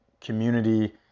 community